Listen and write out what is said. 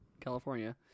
California